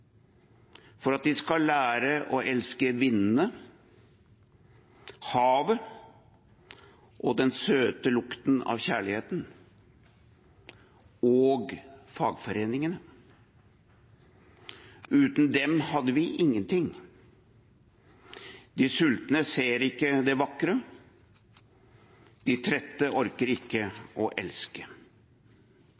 for at de skal lære å elske vindene, havet, den søte lukten av stor kjærlighet, – og fagforeningene. Uten dem hadde vi ingenting. Den sultne ser ikke det vakre. Den trette orker ikke